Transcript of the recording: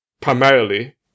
primarily